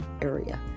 area